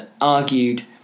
argued